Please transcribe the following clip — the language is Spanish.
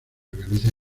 organizan